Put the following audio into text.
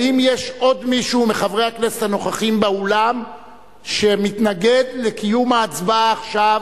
האם יש עוד מישהו מחברי הכנסת הנוכחים באולם שמתנגד לקיום ההצבעה עכשיו?